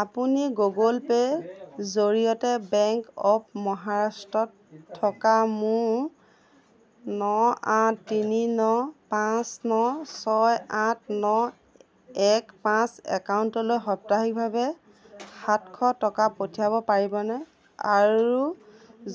আপুনি Google pay ৰ জৰিয়তে বেংক অৱ মহাৰাষ্ট্ৰত থকা মোৰ ন আঠ তিনি ন পাঁচ ন ছয় আঠ ন এক পাঁচ একাউণ্টলৈ সাপ্তাহিকভাৱে সাতশ টকা পঠিয়াব পাৰিবনে আৰু